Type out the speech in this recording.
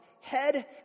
head